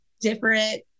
different